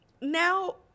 now